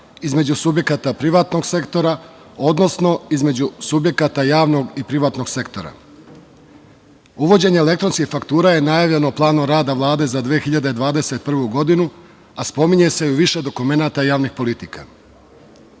između subjekata privatnog sektora, odnosno između subjekata javnog i privatnog sektora. Uvođenje elektronskih faktura je najavljeno planom rada Vlade za 2021. godinu, a spominje se više dokumenata javnih politika. Uvođenje